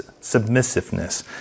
submissiveness